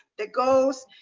the ghost,